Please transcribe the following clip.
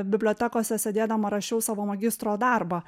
bibliotekose sėdėdama rašiau savo magistro darbą